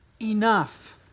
enough